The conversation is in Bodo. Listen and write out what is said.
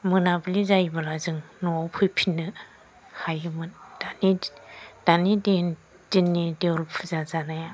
मोनाबिलि जायोबोला जों न'आव फैफिननो हायोमोन दानि दिननि देवोल फुजा जानाया